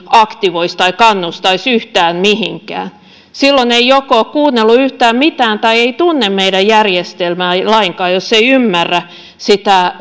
aktivoisi tai kannustaisi yhtään mihinkään silloin ei joko kuunnellut yhtään mitään tai ei tunne meidän järjestelmää lainkaan jos ei ymmärrä sitä